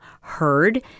heard